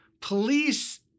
police